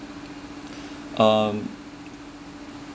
um